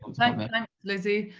um thanks but and lizzie.